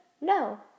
No